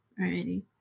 Alrighty